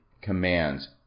commands